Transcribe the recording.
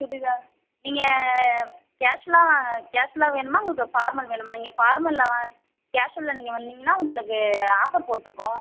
சுடிதார் நீங்கள் கேஷுவலாக கேஷுவலாக வேணுமா உங்களுக்கு ஃபார்மல் வேணுமா நீங்கள் ஃபார்மலில் வா கேஷுவலில் நீங்கள் வந்திங்கன்னா உங்களுக்கு ஆஃபர் போட்டுருக்கோம்